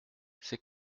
c’est